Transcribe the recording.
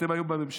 אתם היום בממשלה,